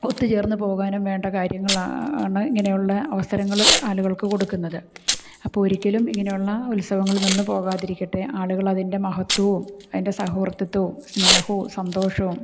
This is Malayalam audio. ഒത്തുചേര്ന്നു പോകാനും വേണ്ട കാര്യങ്ങളാണ് ഇങ്ങനെയുള്ള അവസരങ്ങൾ ആളുകള്ക്ക് കൊടുക്കുന്നത് അപ്പോൾ ഒരിക്കലും ഇങ്ങനെയുള്ള ഉത്സവങ്ങൾ നിന്നു പോവാതെയിരിക്കട്ടെ ആളുകളതിന്റെ മഹത്വവും അതിന്റെ സഹവര്ത്തിത്തവും സ്നേഹവും സന്തോഷവും